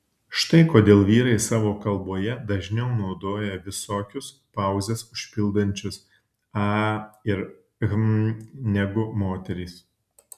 štai kodėl vyrai savo kalboje dažniau naudoja visokius pauzes užpildančius a ir hm negu moterys